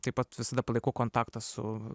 taip pat visada palaikau kontaktą su